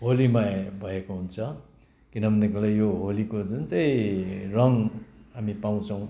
होलीमय भएको हुन्छ किनभनेदेखिलाई यो होलीको जुन चाहिँ रङ हामी पाउँछौँ